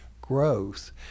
growth